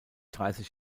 dreißig